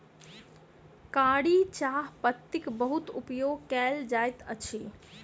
कारी चाह पत्तीक बहुत उपयोग कयल जाइत अछि